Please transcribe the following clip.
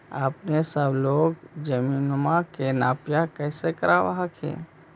अपने सब लोग जमीनमा के नपीया कैसे करब हखिन?